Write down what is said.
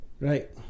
right